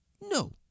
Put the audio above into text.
no